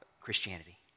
Christianity